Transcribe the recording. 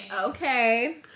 Okay